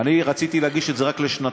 אני רציתי להגיש את זה רק לשנתיים,